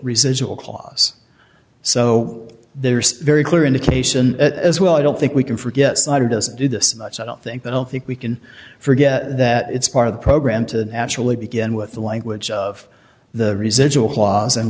residual clause so there's a very clear indication as well i don't think we can forget snyder doesn't do this much i don't think i don't think we can forget that it's part of the program to actually begin with the language of the residual clause and